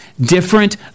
different